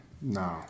No